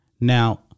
Now